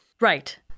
Right